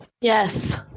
Yes